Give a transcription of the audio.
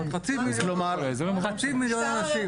כלומר, חצי מיליון תושבים.